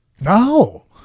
No